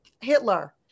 Hitler